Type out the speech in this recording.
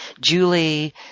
Julie